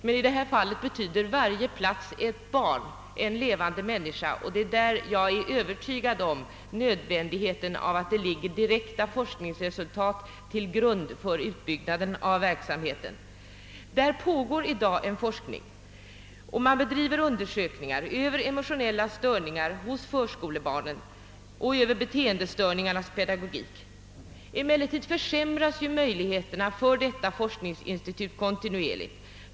Men i detta fall betyder varje plats ett barn, en levande människa, och jag är övertygad om nödvändigheten av att direkta forskningsresultat ligger till grund för utbyggnaden av denna verksamhet. Det pågår redan i dag forskning på detta område på barnpsykologiska institutionen. Man bedriver undersökningar över emotionella störningar hos förskolebarnen och över beteendestörningarnas pedagogik. Emellertid försämras möjligheterna för forskningsinstitutionen kontinuerligt.